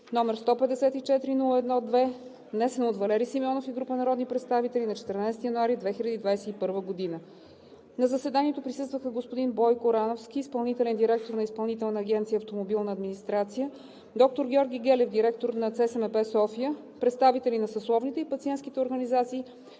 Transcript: № 154-01-2, внесен от Валери Симеонов и група народни представители на 14 януари 2021 г. На заседанието присъстваха господин Бойко Рановски – изпълнителен директор на Изпълнителна агенция „Автомобилна администрация“, доктор Георги Гелев – директор на ЦСМП – София, представители на съсловните и пациентските организации